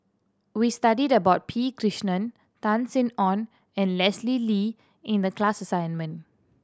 we studied about P Krishnan Tan Sin Aun and Leslie Lee in the class assignment